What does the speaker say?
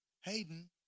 Hayden